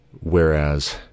whereas